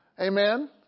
Amen